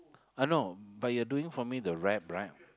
I know but you're doing for me the wrap right